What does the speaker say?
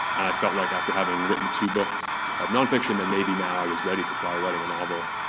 and i felt like after having written two books of non-fiction then maybe now i was ready to try writing a novel.